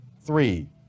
three